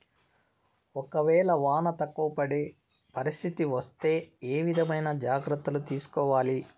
ఒక వేళ వాన తక్కువ పడే పరిస్థితి వస్తే ఏ విధమైన జాగ్రత్తలు తీసుకోవాలి?